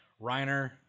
Reiner